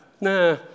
nah